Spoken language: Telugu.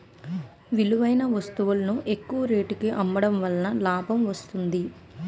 విలువైన వస్తువులను ఎక్కువ రేటుకి అమ్మడం వలన లాభం వస్తుంది